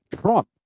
Trump